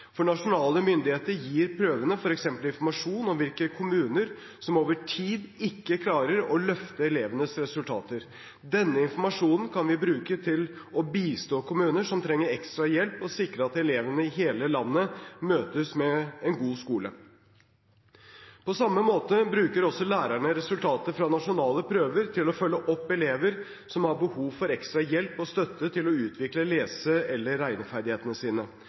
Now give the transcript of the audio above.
For nasjonale myndigheter gir prøvene f.eks. informasjon om hvilke kommuner som over tid ikke klarer å løfte elevenes resultater. Denne informasjonen kan vi bruke til å bistå kommuner som trenger ekstra hjelp, og sikre at elever i hele landet møtes med en god skole. På samme måte bruker også lærerne resultater fra nasjonale prøver til å følge opp elever som har behov for ekstra hjelp og støtte til å utvikle lese- eller regneferdighetene sine.